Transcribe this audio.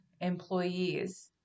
employees